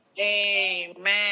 Amen